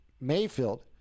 Mayfield